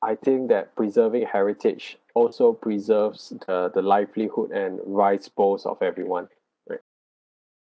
I think that preserving heritage also preserves the the livelihood and rice bowls of everyone right